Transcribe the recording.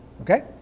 Okay